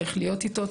צריך להיות איתו,